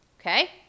Okay